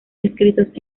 escritos